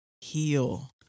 heal